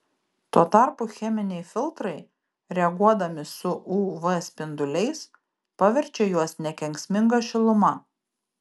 tuo tarpu cheminiai filtrai reaguodami su uv spinduliais paverčia juos nekenksminga šiluma